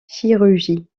chirurgie